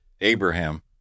abraham